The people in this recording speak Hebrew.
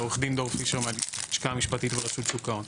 עו"ד דור פישר מהלשכה המשפטית ברשות שוק ההון.